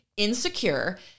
insecure